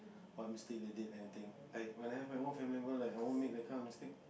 or mistake they did anything like when I have my own family member I won't make that kind of mistake